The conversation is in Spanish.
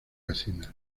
vecinas